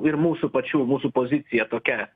ir mūsų pačių mūsų pozicija tokia